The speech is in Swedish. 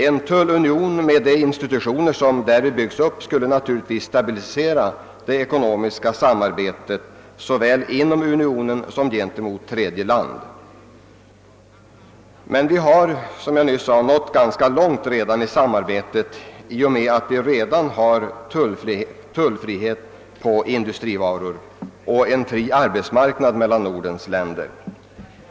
En tullunion med de institutioner som därvid byggs upp skulle naturligtvis stabilisera det ekonomiska samarbetet såväl inom unionen som gentemot tredje land. Vi har emellertid redan nått ganska långt i samarbetet i och med att vi har tullfrihet på industrivaror och en fri arbetsmarknad inom Norden.